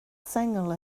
sengl